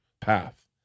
path